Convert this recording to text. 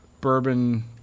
bourbon